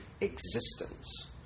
existence